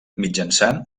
mitjançant